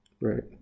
right